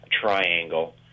triangle